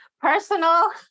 personal